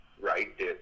right